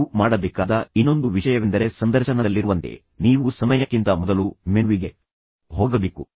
ನೀವು ಮಾಡಬೇಕಾದ ಇನ್ನೊಂದು ವಿಷಯವೆಂದರೆ ಸಂದರ್ಶನದಲ್ಲಿರುವಂತೆ ನೀವು ಸಮಯಕ್ಕಿಂತ ಮೊದಲು ಮೆನುವಿಗೆ ಹೋಗಬೇಕು